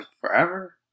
forever